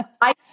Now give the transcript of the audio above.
I-